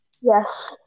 Yes